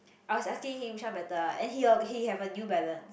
I was asking him which one better ah and he he have a New Balance